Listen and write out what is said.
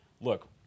Look